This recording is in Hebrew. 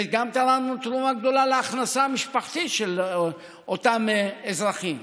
וגם תרמנו תרומה גדולה להכנסה המשפחתית של אותם אזרחים.